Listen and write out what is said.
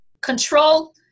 control